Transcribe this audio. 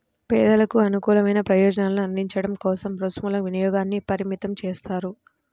పేదలకు అనుకూలమైన ప్రయోజనాలను అందించడం కోసం రుసుముల వినియోగాన్ని పరిమితం చేస్తారు